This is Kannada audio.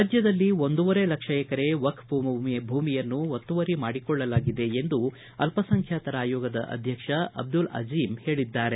ರಾಜ್ಕದಲ್ಲಿ ಒಂದುವರೆ ಲಕ್ಷ ಎಕರೆ ವಕ್ಷ್ ಭೂಮಿಯನ್ನು ಒತ್ತುವರಿ ಮಾಡಿಕೊಳ್ಳಲಾಗಿದೆ ಎಂದು ಅಲ್ಪಸಂಖ್ಯಾತರ ಆಯೋಗದ ಅಧ್ಯಕ್ಷ ಅಬ್ದುಲ್ ಅಜೀಮ್ ಹೇಳಿದ್ದಾರೆ